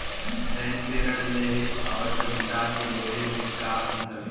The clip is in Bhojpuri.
बैंक से ऋण लेवे अउर जमींदार से लेवे मे का अंतर बा?